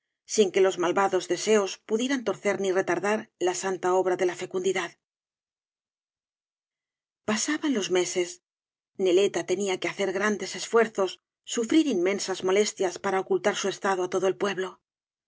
sin que los malvados deseos pudieran torcer ni retardar la santa obra de la fecundidad pasaban los meses neieta tenía que hacer grandes eifuerzos sufrir inmensas molestias para ocultar su estado á todo el pueblo